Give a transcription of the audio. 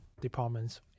departments